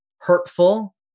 hurtful